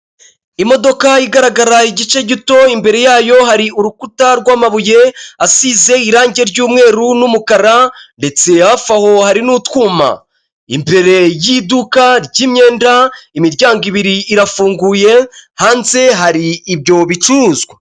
Imodoka igaragarara igice gito, imbere yayo hari urukuta rw'amabuye asize irangi ry'umweru n'umukara ndetse hafi aho hari n'utwuma, imbere y'iduka ry'imyenda imiryango ibiri irafunguye hanze hari ibyo bicuruzwa.